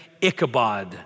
Ichabod